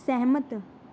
ਸਹਿਮਤ